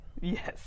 Yes